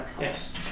Yes